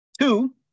two